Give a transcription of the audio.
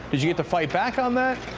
did you get to fight back on that?